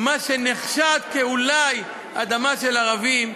מה שנחשד, אולי, כאדמה של ערבים,